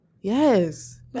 Yes